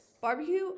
Barbecue